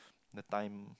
the time